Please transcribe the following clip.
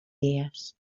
dies